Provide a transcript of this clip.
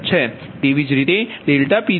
તેવી જ રીતે ∆P31 0